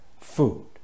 food